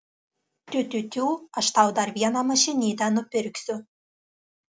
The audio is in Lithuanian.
tiu tiu tiū aš tau dar vieną mašinytę nupirksiu